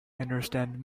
understand